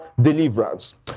deliverance